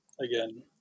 again